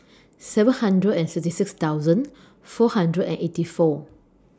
seven hundred and sixty six thousand four hundred and eighty four